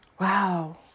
Wow